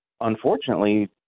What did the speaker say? unfortunately